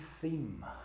theme